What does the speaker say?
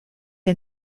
est